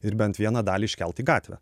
ir bent vieną dalį iškelt į gatvę